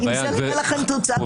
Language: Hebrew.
אני רק אומר לך,